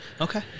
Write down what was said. Okay